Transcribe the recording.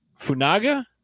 Funaga